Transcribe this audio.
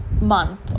month